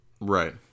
Right